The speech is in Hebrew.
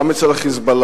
גם אצל ה"חיזבאללה",